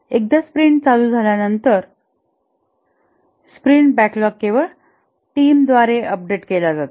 एकदा स्प्रिंट चालू झाल्यानंतर स्प्रिंट बॅकलॉग केवळ टीमद्वारे अपडेट केला जातो